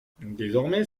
désormais